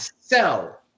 sell